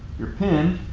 your pin.